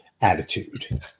attitude